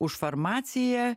už farmaciją